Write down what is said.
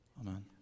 Amen